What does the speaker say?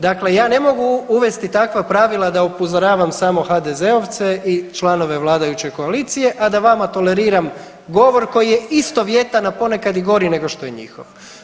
Dakle, ja ne mogu uvesti takva pravila da upozoravam samo HDZ-ovce i članove vladajuće koalicije, a da vama toleriram govor koji je istovjetan, a ponekad i gori nego što je njihov.